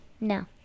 no